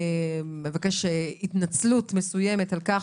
אני כבר אבקש התנצלות מסוימת על כך